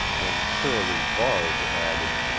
and surly varde added